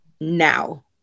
now